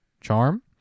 Charm